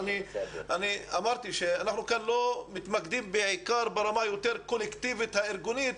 אמרתי שאנחנו כאן מתמקדים ברמה הקולקטיבית הארגונית,